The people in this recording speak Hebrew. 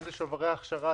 אם זה שוברי הכשרה,